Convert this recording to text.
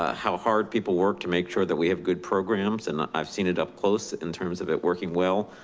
ah how hard people work to make sure that we have good programs and i've seen it up close in terms of it working well.